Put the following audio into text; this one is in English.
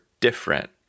different